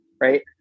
Right